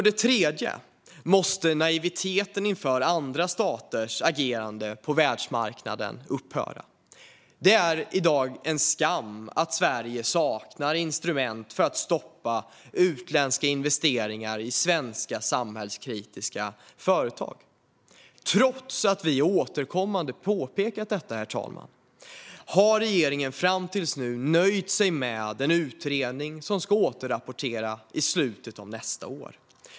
Det tredje är att naiviteten inför andra staters agerande på världsmarknaden måste upphöra. Det är en skam att Sverige i dag saknar instrument för att stoppa utländska investeringar i svenska samhällskritiska företag. Trots att vi återkommande har påpekat detta, herr talman, har regeringen fram till nu nöjt sig med en utredning som ska återrapportera i slutet av nästa år.